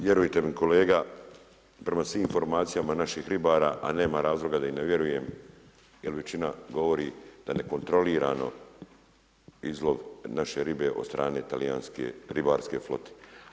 Vjerujte mi kolega, prema svima informacijama naših ribara, a nema razloga da im ne vjerujem, jer većina govori da ne kontrolirano izlog naše ribe od strane talijanske ribarske flote.